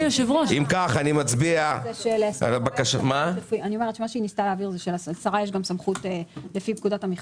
היא ניסתה לומר שלשרה יש סמכות לפי פקודת המכרות.